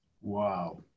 Wow